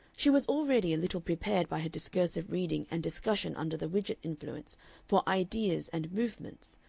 she was already a little prepared by her discursive reading and discussion under the widgett influence for ideas and movements,